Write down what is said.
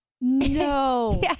No